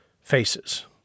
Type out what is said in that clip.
faces